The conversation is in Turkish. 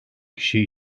kişi